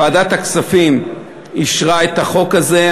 וועדת הכספים אישרה את החוק הזה.